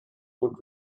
would